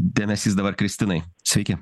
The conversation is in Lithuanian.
dėmesys dabar kristinai sveiki